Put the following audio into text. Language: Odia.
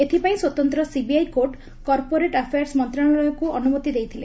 ଏଥିପାଇଁ ସ୍ୱତନ୍ତ୍ ସିବିଆଇ କୋର୍ଟ କର୍ପୋରେଟ୍ ଆଫେୟାର୍ସ ମନ୍ତଣାଳୟକୁ ଅନୁମତି ଦେଇଥିଲେ